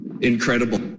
incredible